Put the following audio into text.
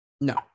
No